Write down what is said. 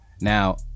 now